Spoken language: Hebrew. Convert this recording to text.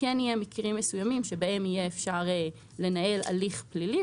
כן יהיו מקרים מסוימים שבהם יהיה אפשר לנהל הליך פלילי,